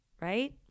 right